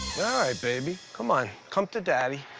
yeah baby, come on. come to daddy.